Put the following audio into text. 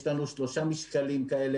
יש לנו שלושה משקלים כאלה,